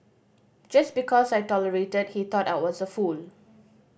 just because I tolerated he thought I was a fool